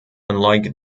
unlike